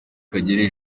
kagere